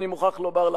אני מוכרח לומר לך,